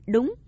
Đúng